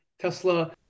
Tesla